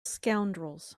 scoundrels